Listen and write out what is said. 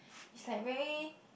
is like very